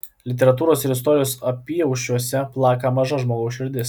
literatūros ir istorijos apyaušriuose plaka maža žmogaus širdis